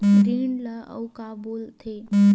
ऋण का अउ का बोल थे?